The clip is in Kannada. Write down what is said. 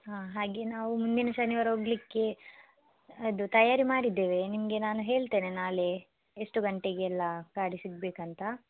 ಹಾಂ ಹಾಗೆ ನಾವು ಮುಂದಿನ ಶನಿವಾರ ಹೋಗಲಿಕ್ಕೆ ಅದು ತಯಾರಿ ಮಾಡಿದ್ದೇವೆ ನಿಮಗೆ ನಾನು ಹೇಳ್ತೇನೆ ನಾಳೆ ಎಷ್ಟು ಗಂಟೆಗೆಲ್ಲ ಗಾಡಿ ಸಿಗ್ಬೇಕು ಅಂತ